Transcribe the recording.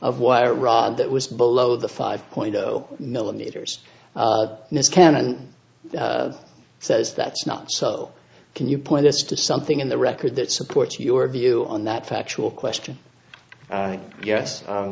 of wire rod that was below the five point zero millimeters cannon says that's not so can you point us to something in the record that supports your view on that factual question i guess